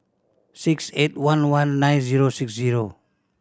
six eight one one nine zero six zero